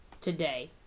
today